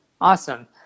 Awesome